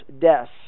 deaths